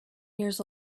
years